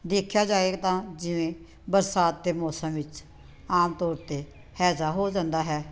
ਦੇਖਿਆ ਜਾਏਗਾ ਤਾਂ ਜਿਵੇਂ ਬਰਸਾਤ ਦੇ ਮੌਸਮ ਵਿੱਚ ਆਮ ਤੌਰ 'ਤੇ ਹੈਜ਼ਾ ਹੋ ਜਾਂਦਾ ਹੈ